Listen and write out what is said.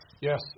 Yes